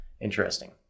Interesting